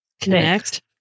connect